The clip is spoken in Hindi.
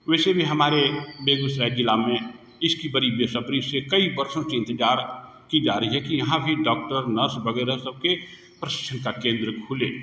वैसे भी हमारे बेगूसराय जिला में इसकी बड़ी बेसब्री से कई वर्षों से इंतजार की जा रही है की यहाँ भी डॉक्टर नर्स वगैरह सबके प्रशिक्षण का केंद्र खुले